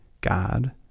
God